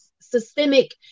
systemic